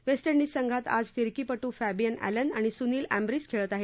waste Indies संघात आज फिरकीपटू फॅबिअन एलन आणि सुनील अँब्रीस खेळत आहेत